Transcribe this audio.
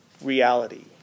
reality